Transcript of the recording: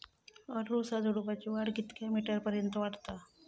अडुळसा झुडूपाची वाढ कितक्या मीटर पर्यंत वाढता?